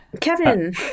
Kevin